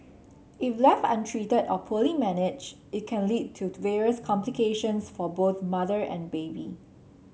if left untreated or poorly managed it can lead to various complications for both mother and baby